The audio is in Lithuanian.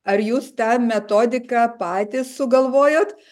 ar jūs tą metodiką patys sugalvojot